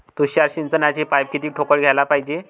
तुषार सिंचनाचे पाइप किती ठोकळ घ्याले पायजे?